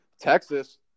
Texas